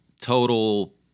total